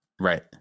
right